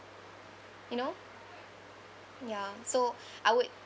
you know ya so I would